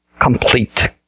complete